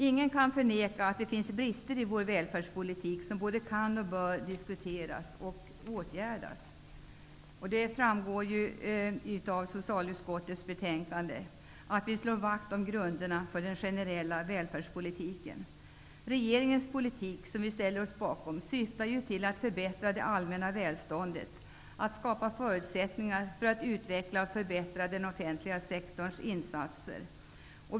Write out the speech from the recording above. Ingen kan förneka att det finns brister i välfärdspolitiken som både kan och bör diskuteras och åtgärdas. Det framgår av socialutskottets betänkande att vi slår vakt om grunderna för den generella välfärdspolitiken. Regeringens politik -- som vi ställer oss bakom -- syftar till att förbättra det allmänna välståndet och att skapa förutsättningar för att utveckla och förbättra den offentliga sektorns insatser.